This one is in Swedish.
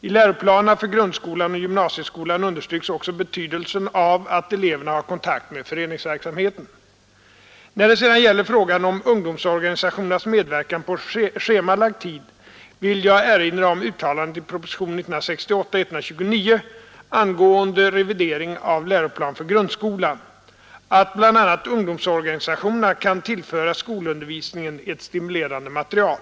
I läroplanerna för grundskolan och gymnasiet understryks också betydelsen av att eleverna har kontakt med föreningsverksamheten. När det sedan gäller frågan om ungdomsorganisationernas medverkan på schemalagd tid vill jag erinra om uttalandet i propositionen 129 år 1968 angående revidering av läroplan för grundskolan att bl.a. ungdomsorganisationerna kan tillföra skolundervisningen ett stimulerande material.